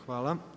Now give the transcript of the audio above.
Hvala.